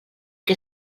que